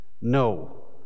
no